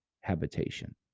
habitation